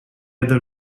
other